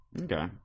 Okay